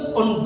on